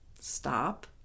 Stop